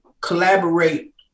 collaborate